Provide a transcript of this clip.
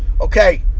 okay